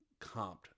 comped